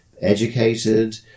educated